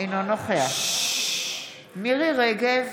אינו נוכח מירי מרים רגב,